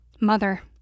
Mother